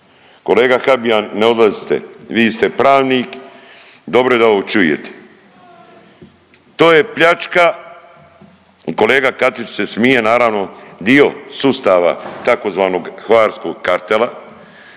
Kolega Habijan ne odlazite, vi ste pravnik dobro je da ovo čujete. To je pljačka, kolega Katičić se smije naravno dio sustava tzv. hvarskog kartela